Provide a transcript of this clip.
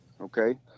okay